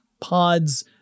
pods